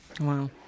Wow